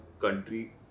country